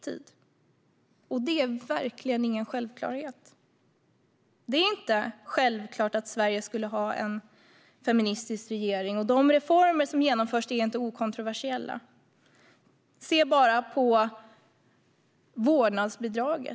Det är verkligen ingen självklarhet. Det är inte självklart att Sverige har en feministisk regering, och de reformer som genomförs är inte okontroversiella. Se bara på vårdnadsbidraget!